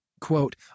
Quote